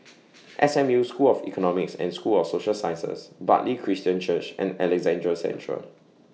S M U School of Economics and School of Social Sciences Bartley Christian Church and Alexandra Central